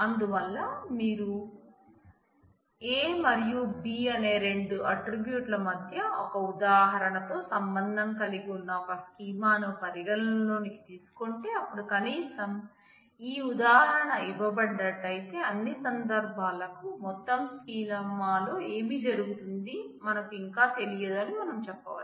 అందువల్ల మీరు A మరియు B అనే రెండు ఆట్రిబ్యూట్ ల మధ్య ఒక ఉదాహరణతో సంబంధం కలిగి ఉన్న ఒక స్కీమాను పరిగణనలోకి తీసుకుంటే అప్పుడు కనీసం ఈ ఉదాహరణ ఇవ్వబడ్డట్లయితే అన్ని సందర్భాలకు మొత్తం స్కీమాలో ఏమి జరుగుతుందో మనకు ఇంకా తెలియదు అని మనం చెప్పవచ్చు